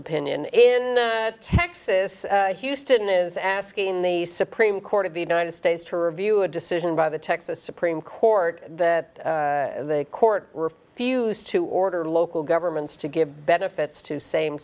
opinion is in texas houston is asking the supreme court of the united states to review a decision by the texas supreme court that they court refused to order local governments to give benefits to same